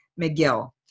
McGill